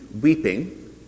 weeping